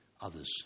others